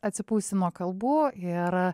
atsipūsiu nuo kalbų ir